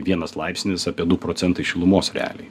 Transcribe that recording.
vienas laipsnis apie du procentai šilumos realiai